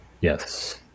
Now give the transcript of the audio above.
Yes